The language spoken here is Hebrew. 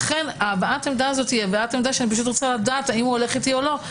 לכן הבעת העמדה הזאת היא שאני רוצה לדעת אם הוא הולך איתי או לא.